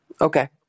Okay